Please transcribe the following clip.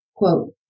Quote